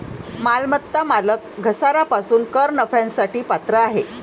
मालमत्ता मालक घसारा पासून कर नफ्यासाठी पात्र आहे